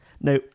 now